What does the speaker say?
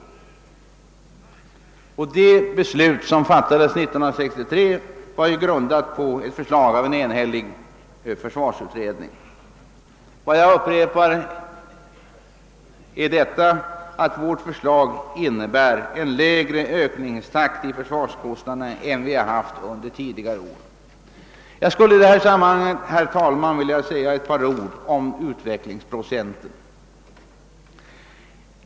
Det beslut som fattades av riksdagen 1963 var grundat på ett förslag av en enhällig försvarsutredning. Vad jag upprepar är detta, att vårt förslag innebär en lägre ökningstakt i försvarskostnaderna än den som förelegat under tidigare år. Jag skulle i detta sammanhang, herr talman, vilja säga ett par ord om utvecklingsprocenten.